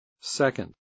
Second